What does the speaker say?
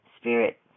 spirit